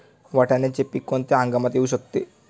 वाटाण्याचे पीक कोणत्या हंगामात येऊ शकते?